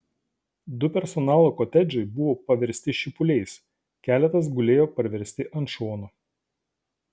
du personalo kotedžai buvo paversti šipuliais keletas gulėjo parversti ant šono